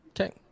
Okay